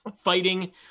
fighting